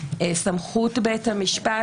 סמכות בית המשפט,